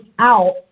out